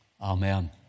Amen